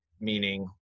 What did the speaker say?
meaning